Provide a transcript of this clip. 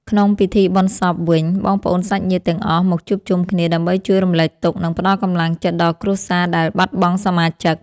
ក្នុងពិធីបុណ្យសពវិញ បងប្អូនសាច់ញាតិទាំងអស់មកជួបជុំគ្នាដើម្បីជួយរំលែកទុក្ខ និងផ្ដល់កម្លាំងចិត្តដល់គ្រួសារដែលបាត់បង់សមាជិក។